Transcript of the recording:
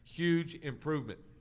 huge improvement.